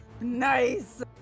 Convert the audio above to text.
Nice